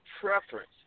preference